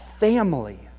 Family